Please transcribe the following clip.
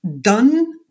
done